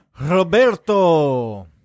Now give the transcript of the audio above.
Roberto